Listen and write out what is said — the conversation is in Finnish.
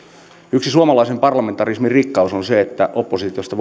yksi suomalaisen parlamentarismin rikkaus on se että oppositiosta